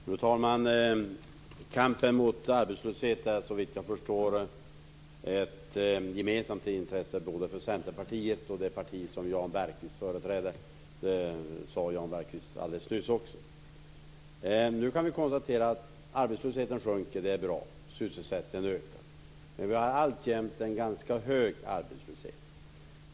Fru talman! Kampen mot arbetslösheten är, såvitt jag förstår, ett gemensamt intresse både för Centerpartiet och för det parti som Jan Bergqvist företräder. Det sade Jan Bergqvist alldeles nyss. Nu kan vi konstatera att arbetslösheten sjunker, vilket är bra, och att sysselsättningen ökar. Men vi har alltjämt en ganska hög arbetslöshet.